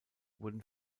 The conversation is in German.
wurden